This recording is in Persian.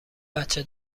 بچه